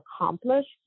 accomplished